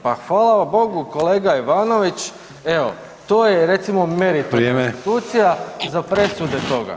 Pa hvala Bogu kolega Ivanović, evo to je recimo [[Upadica Sanader: Vrijeme.]] meritum institucija za presuda toga.